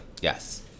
Yes